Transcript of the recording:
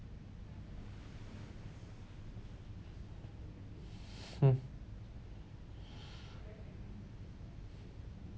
mm